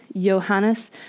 Johannes